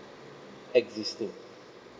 existing